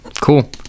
cool